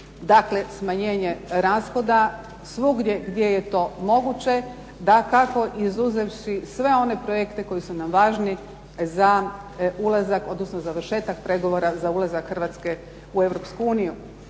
Dakle, smanjenje rashoda svugdje gdje je to moguće dakako izuzevši sve one projekte koji su nam važni za ulazak odnosno završetak pregovora za ulazak Hrvatske u